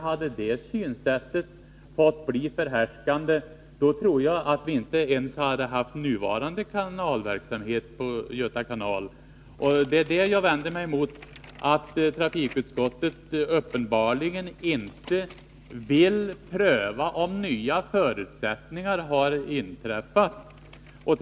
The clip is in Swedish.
Hade det synsättet fått bli förhärskande hade vi nog inte ens haft nuvarande verksamhet på Göta kanal. Jag vänder mig alltså mot att trafikutskottet uppenbarligen inte vill pröva om nya förutsättningar har tillkommit.